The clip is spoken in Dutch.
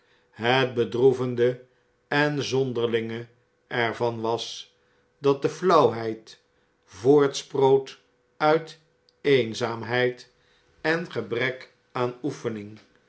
het bedroevende en zonderlinge er van was dat de flauwheid voortsprpot uit eenzaamheid en gebrek aan oefening